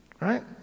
right